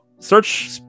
search